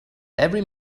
every